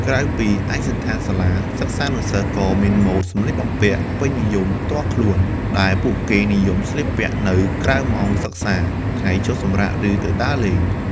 ក្រៅពីឯកសណ្ឋានសាលា សិស្សានុសិស្សក៏មានម៉ូដសម្លៀកបំពាក់ពេញនិយមផ្ទាល់ខ្លួន ដែលពួកគេនិយមស្លៀកពាក់នៅក្រៅម៉ោងសិក្សា ថ្ងៃឈប់សម្រាក ឬទៅដើរលេង។